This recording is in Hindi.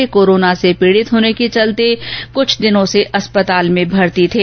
वे कोरोना से पीड़ित होने के चलते कुछ दिनों से अस्पताल में भर्ती थे